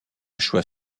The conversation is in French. choix